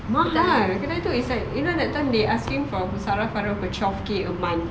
mahal kedai tu is like you know that time they asking from sara for twelve K a month